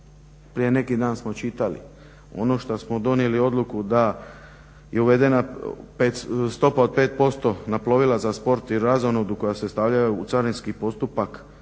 prije neki dan smo čitali, ono što smo donijeli odluku da je uvedena stopa od 5% na plovila za sport i razonodu koja se stavljaju u carinski postupak